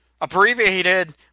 abbreviated